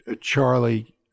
Charlie